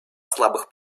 слабых